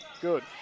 good